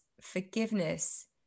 forgiveness